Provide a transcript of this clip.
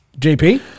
JP